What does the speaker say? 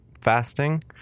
fasting